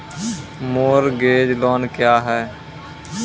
Mortgage loan क्या है?